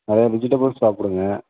நிறைய வெஜிடேபிள்ஸ் சாப்பிடுங்க